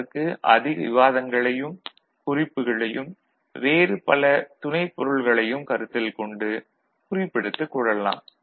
அதற்கு அதிக விவாதங்களையும் குறிப்புகளையும் வேறு பல துணைப் பொருள்களையும் கருத்தில் கொண்டு குறிப்பெடுத்துக் கொள்ளலாம்